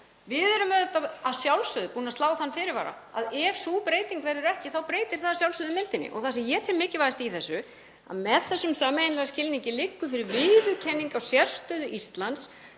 Við erum að sjálfsögðu búin að slá þann fyrirvara að ef sú breyting verður ekki þá breytir það að sjálfsögðu myndinni. Það sem ég tel mikilvægast í þessu er að með þessum sameiginlega skilningi liggur fyrir viðurkenning á sérstöðu Íslands.